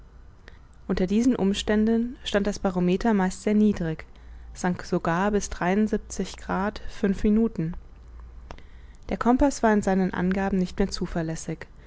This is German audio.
unter diesen umständen stand das barometer meist sehr niedrig sank sogar bis grad fünf minuten der compaß war in seinen angaben nicht mehr zuverlässig